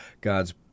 God's